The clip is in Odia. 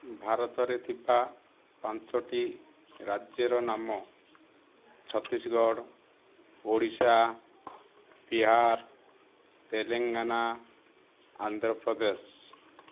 ଭାରତରେ ଥିବା ପାଞ୍ଚୋଟି ରାଜ୍ୟର ନାମ ଛତିଶଗଡ଼ ଓଡ଼ିଶା ବିହାର ତେଲେଙ୍ଗାନା ଆନ୍ଧ୍ରପ୍ରଦେଶ